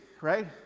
right